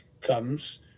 comes